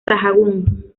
sahagún